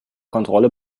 kontrolle